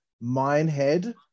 Minehead